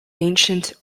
ancient